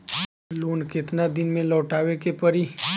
Loan केतना दिन में लौटावे के पड़ी?